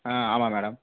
ஆ ஆமாம் மேடம்